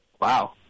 Wow